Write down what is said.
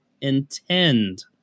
intend